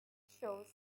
shows